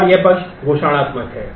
और यह पक्ष घोषणात्मक है